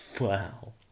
Wow